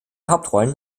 hauptrollen